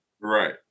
Right